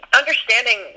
understanding